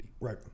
Right